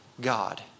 God